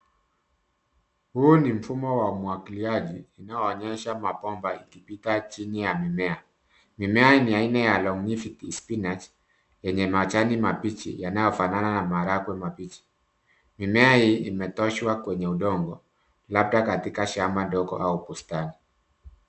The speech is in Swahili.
Huu ni mfumo wa umwagiliaji, inayoonyesha mabomba ikipita chini ya mimea. Mimea ni aina ya longivities spinach yenye majani mabichi yanayofanana na marahagwe mabichi. Mimea hii imetoshwa kwenye udongo labda katika shamba ndogo au bustani.